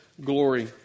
glory